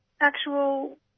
actual